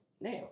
now